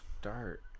start